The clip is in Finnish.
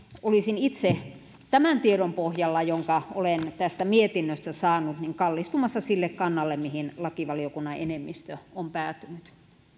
olisin itse tämän tiedon pohjalta jonka olen tästä mietinnöstä saanut kallistumassa sille kannalle mihin lakivaliokunnan enemmistö on päätynyt